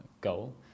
goal